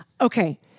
Okay